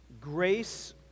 Grace